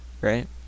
right